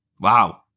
Wow